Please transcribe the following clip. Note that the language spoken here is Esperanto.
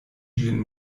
ĝin